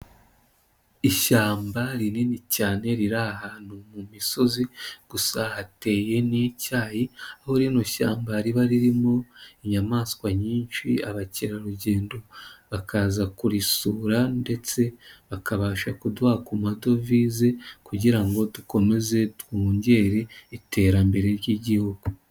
Ishyamba rinini cyane riri ahantu mu misozi gusa hateye n'icyayi aho rino shyamba riba ririmo inyamaswa nyinshi abakerarugendo bakaza kurisura ndetse bakabasha kuduha ku madovize kugira ngo dukomeze twongere iterambere ry'Igihugu.